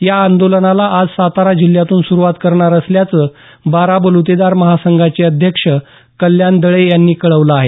या आंदोलनाला आज सातारा जिल्ह्यातून सुरूवात करणार असल्याचं बाराबलुतेदार महासंघाचे अध्यक्ष कल्याण दळे यांनी कळवलं आहे